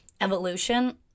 evolution